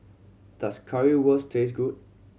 does Currywurst taste good